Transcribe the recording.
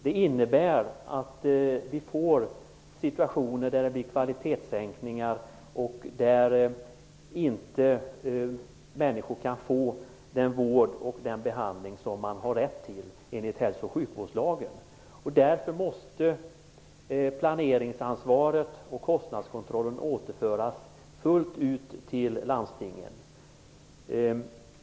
Det innebär att vi får situationer med kvalitetssänkningar och situationer där människor inte kan få den vård och behandling som de har rätt till enligt hälso och sjukvårdslagen. Därför måste planeringsansvaret och kostnadskontrollen fullt ut återföras till landstingen.